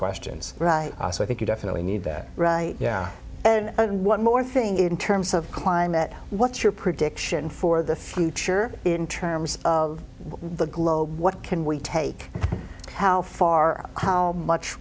questions right so i think you definitely need that right yeah and one more thing in terms of climate what's your prediction for the future in terms of the globe what can we take how far how much